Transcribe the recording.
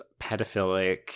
pedophilic